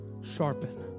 sharpen